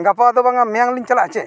ᱜᱟᱯᱟ ᱫᱚ ᱵᱟᱝᱟ ᱢᱮᱭᱟᱝᱞᱤᱧ ᱪᱟᱞᱟᱜᱼᱟ ᱪᱮ